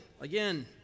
Again